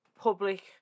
public